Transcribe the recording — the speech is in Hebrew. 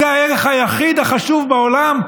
זה הערך היחיד החשוב בעולם,